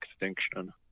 extinction